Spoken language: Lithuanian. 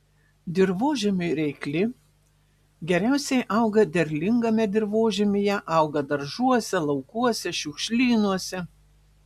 dirvožemiui reikli geriausiai auga derlingame dirvožemyje auga daržuose laukuose šiukšlynuose